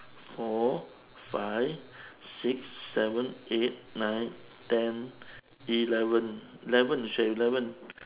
four five six seven eight nine ten eleven eleven should have eleven